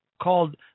called